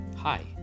Hi